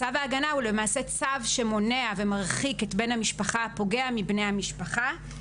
צו ההגנה הוא למעשה צו שמונע ומרחיק את בן המשפחה הפוגע מבני המשפחה.